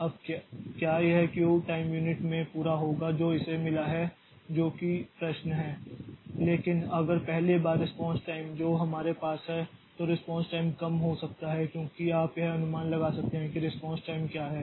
अब क्या यह क्यू टाइम यूनिट में पूरा होगा जो इसे मिला है जो कि प्रश्न है लेकिन अगर पहली बार रेस्पॉन्स टाइम जो हमारे पास है तो रेस्पॉन्स टाइम कम हो सकता है क्योंकि आप यह अनुमान लगा सकते हैं कि रेस्पॉन्स टाइम क्या है